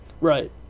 Right